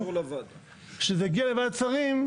כשזה הגיע לוועדת שרים,